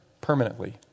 permanently